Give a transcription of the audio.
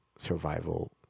survival